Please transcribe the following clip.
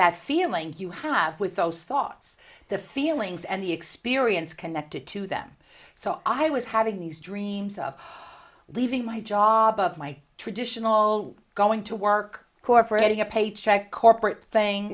that feeling you have with those thoughts the feelings and the experience connected to them so i was having these dreams of leaving my job of my traditional going to work corporate adding a paycheck corporate